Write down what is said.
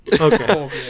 Okay